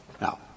Now